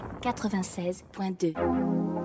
96.2